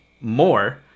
more